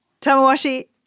Tamawashi